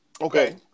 Okay